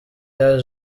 year